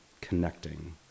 connecting